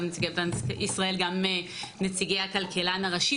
גם נציגי בנק ישראל וגם נציגי הכלכלן הראשי,